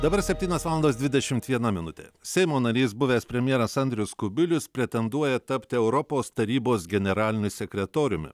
dabar septynios valandos dvidešimt viena minutė seimo narys buvęs premjeras andrius kubilius pretenduoja tapti europos tarybos generaliniu sekretoriumi